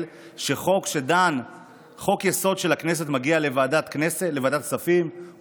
שחוק-יסוד של הכנסת מגיע לוועדת כספים,